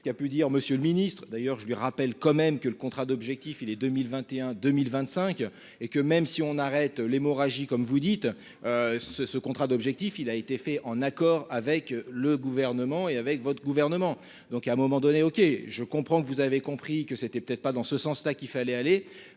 ce qui a pu dire, Monsieur le Ministre, d'ailleurs je lui rappelle quand même que le contrat d'objectifs et les 2021 2025 et que même si on arrête l'hémorragie, comme vous dites, ce ce contrat d'objectifs, il a été fait en accord avec le gouvernement et avec votre gouvernement, donc à un moment donné, OK, je comprends que vous avez compris que c'était peut-être pas dans ce sens-là qu'il fallait aller